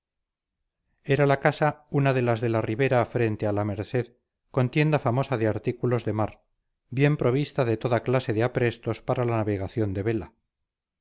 era la casa una de las de la ribera frente a la merced con tienda famosa de artículos de mar bien provista de toda clase de aprestos para la navegación de vela